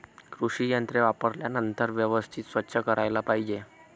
कृषी यंत्रे वापरल्यानंतर व्यवस्थित स्वच्छ करायला पाहिजे